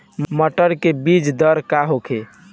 मटर के बीज दर का होखे?